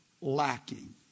lacking